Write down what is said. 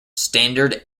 standard